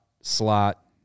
slot